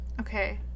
Okay